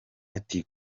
ati